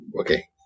Okay